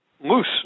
Loose